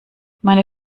meine